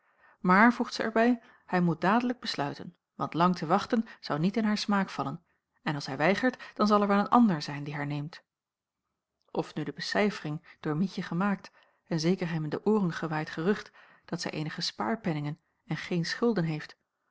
maar voegt zij er bij hij moet dadelijk besluiten want lang te wachten zou niet in haar smaak vallen en als hij weigert dan zal er wel een ander zijn die haar neemt of nu de becijfering door mietje gemaakt en zeker hem in de ooren gewaaid gerucht dat zij eenige spaarpenningen en geen schulden heeft